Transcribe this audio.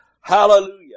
Hallelujah